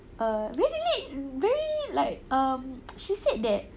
err very late very like um she said that